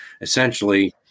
essentially